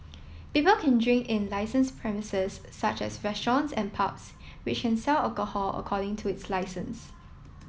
people can drink in licensed premises such as restaurants and pubs which can sell alcohol according to its licence